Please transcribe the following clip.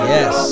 Yes